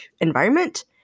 environment